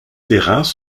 terrains